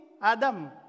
Adam